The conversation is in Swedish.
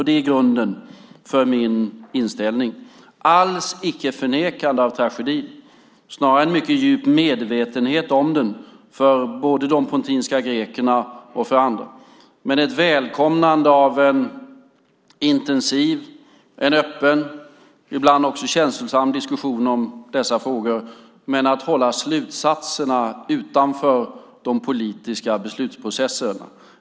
Det är grunden för min inställning - alls icke ett förnekande av tragedin, snarare en mycket djup medvetenhet om den för både de pontiska grekerna och andra. Det är ett välkomnande av en intensiv, öppen, ibland också känslosam diskussion om dessa frågor, men slutsatserna bör hållas utanför de politiska beslutsprocesserna.